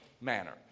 manner